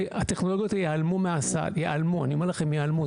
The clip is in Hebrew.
והטכנולוגיות ייעלמו מהסל, אני אומר לכם ייעלמו.